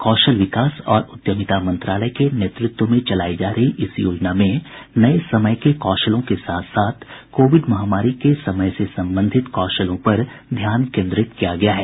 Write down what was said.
कौशल विकास और उद्यमिता मंत्रालय के नेतृत्व में चलायी जा रही इस योजना में नये समय के कौशलों के साथ साथ कोविड महामारी के समय से संबंधित कौशलों पर ध्यान केन्द्रित किया गया है